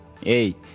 Hey